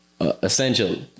essential